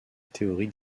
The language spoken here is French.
théorie